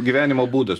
gyvenimo būdas